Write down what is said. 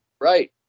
Right